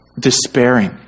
despairing